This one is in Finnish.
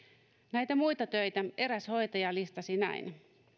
näitä muita töitä eräs hoitaja listasi näin